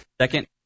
Second